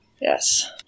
Yes